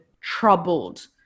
troubled